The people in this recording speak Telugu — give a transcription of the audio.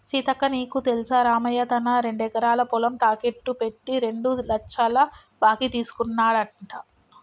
సీతక్క నీకు తెల్సా రామయ్య తన రెండెకరాల పొలం తాకెట్టు పెట్టి రెండు లచ్చల బాకీ తీసుకున్నాడంట